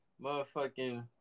motherfucking